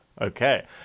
okay